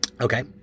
Okay